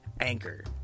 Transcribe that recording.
anchor